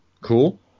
Cool